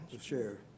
sure